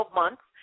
months